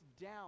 down